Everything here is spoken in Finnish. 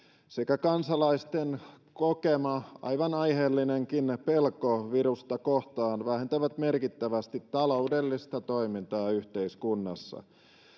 sekä kansalaisten kokema aivan aiheellinenkin pelko virusta kohtaan vähentävät merkittävästi taloudellista toimintaa yhteiskunnassa